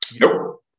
Nope